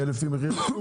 יהיה לפי מחיר שוק,